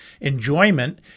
enjoyment